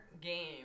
game